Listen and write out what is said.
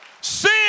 Sin